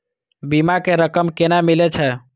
बीमा के रकम केना मिले छै?